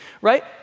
right